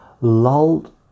lulled